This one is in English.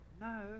no